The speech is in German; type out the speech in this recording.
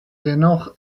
dennoch